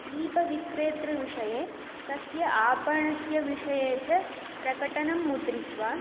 दीपविक्रेतृविषये तस्य आपणस्य विषये च प्रकटनं मुद्रित्वा